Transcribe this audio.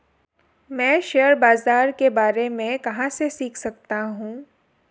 मैं शेयर बाज़ार के बारे में कहाँ से सीख सकता हूँ?